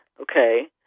okay